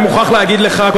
אני מוכרח להגיד לך,